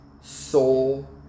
soul